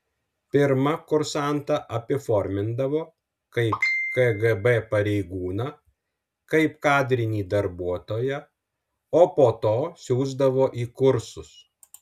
pirma kursantą apiformindavo kaip kgb pareigūną kaip kadrinį darbuotoją o po to siųsdavo į kursus